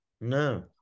No